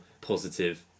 positive